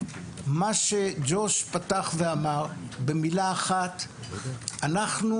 מה שג'וש פתח ואמר במילה אחת, אנחנו